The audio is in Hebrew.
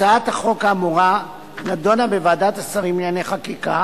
הצעת החוק האמורה נדונה בוועדת השרים לענייני חקיקה